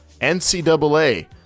NCAA